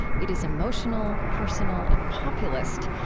it is emotional, personal, and populist.